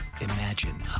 Imagine